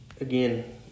Again